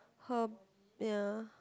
her ya